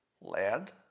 land